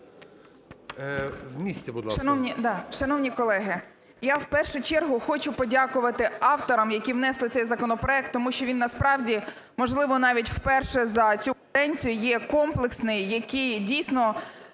Шановні колеги! Я в першу чергу хочу подякувати авторам, які внесли цей законопроект. Тому що він насправді, можливо, навіть вперше за цю каденцію, є комплексний, який дійсно